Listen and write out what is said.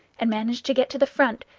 and manage to get to the front,